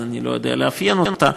אז אני לא יודע לאפיין אותה,